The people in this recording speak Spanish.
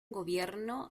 gobierno